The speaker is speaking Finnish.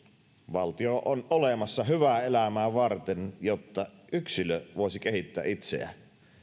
valtio on olemassa hyvää elämää varten jotta yksilö voisi kehittää itseään